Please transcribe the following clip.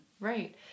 Right